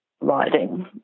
riding